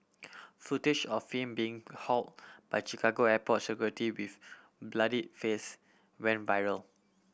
footage of him being haul by Chicago airport security with bloodied face went viral